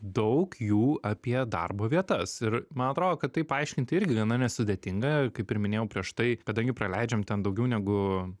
daug jų apie darbo vietas ir man atrodo kad tai paaiškinti irgi gana nesudėtinga kaip ir minėjau prieš tai kadangi praleidžiam ten daugiau negu